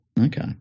Okay